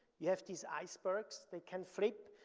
you have these icebergs, they can flip.